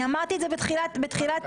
אני לא חייב, בדקתי.